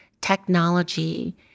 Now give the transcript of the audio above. technology